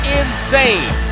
insane